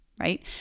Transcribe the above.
right